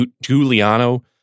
Giuliano